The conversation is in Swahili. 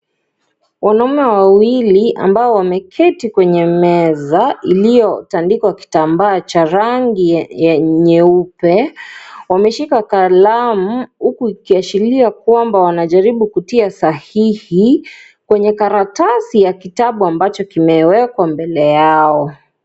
Wanaume wawili ambao wameketi kwenye meza, iliyotandikwa kitambaa cha rangi nyeupe. Wameshika kalamu huku ikiashiria kwamba, wanajaribu kutia sahihi kwenye karatasi ya kitabu ambacho kimewekwa mbele yao.